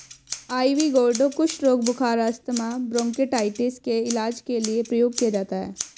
ivy gourd कुष्ठ रोग, बुखार, अस्थमा, ब्रोंकाइटिस के इलाज के लिए प्रयोग किया जाता है